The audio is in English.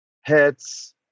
heads